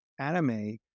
anime